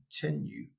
continue